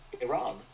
Iran